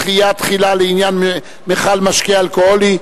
דחיית תחילה לעניין מכל משקה אלכוהולי),